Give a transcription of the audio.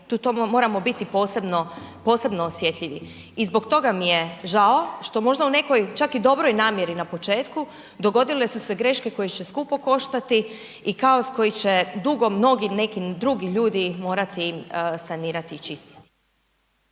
tu moramo biti posebno, posebno osjetljivi i zbog toga mi je žao što možda u nekom čak i dobroj namjeri na početku dogodile su se greške koje će skupo koštati i kaos koji će dugo mnogi neki drugi ljudi morati sanirati i čistiti.